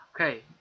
Okay